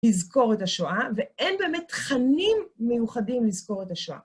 לזכור את השואה, ואין באמת תכנים מיוחדים לזכור את השואה.